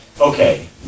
Okay